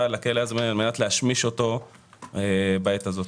לכלא הזה על מנת להשמיש אותו בעת הזאת.